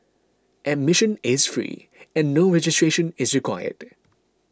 admission is free and no registration is required